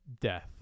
death